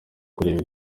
kureba